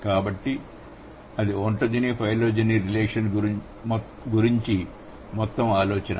కాబట్టి అది ontogeny phylogeny relation గురించి మొత్తం ఆలోచన